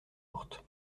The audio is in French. mortes